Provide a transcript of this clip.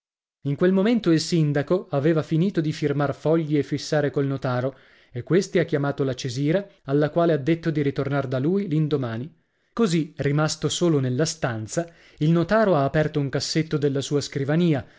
in quel momento il sindaco aveva finito di firmar fogli e fissare col notaro e questi ha chiamato la cesira alla quale ha detto di ritornar da lui l'indomani così rimasto solo nella stanza il notaro ha aperto un cassetto della sua scrivania